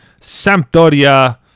Sampdoria